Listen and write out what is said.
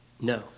No